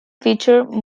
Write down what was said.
featured